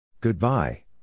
Goodbye